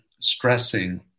stressing